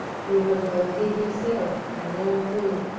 through whom both he himself and all who,